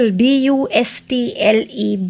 bustle